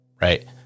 right